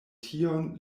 tion